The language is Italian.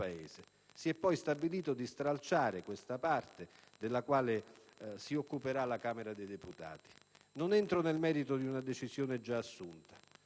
Si è poi stabilito di stralciare questa parte, della quale si occuperà la Camera dei deputati. Non entro nel merito di una decisione già assunta,